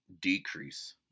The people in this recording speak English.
decrease